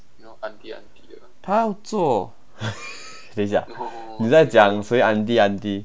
她做 等下你在讲谁 aunty aunty